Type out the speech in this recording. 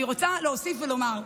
אני רוצה להוסיף ולומר,